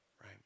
right